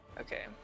Okay